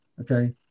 okay